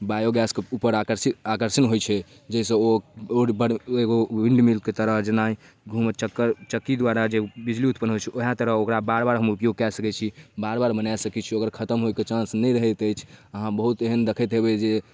बायोगैसके उपर आकर्षि आकर्षण होइ छै जाहिसँ ओ बड़ एगो विण्ड मिलके तरह जेना घुमै चक्कर चक्की द्वारा जे बिजली उत्पन्न होइ छै वएह तरह ओकरा बार बार हम उपयोग कऽ सकै छी बार बार बना सकै छी ओकर खतम होइके चान्स नहि रहैत अछि अहाँ बहुत एहन देखैत हेबै जे